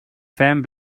fan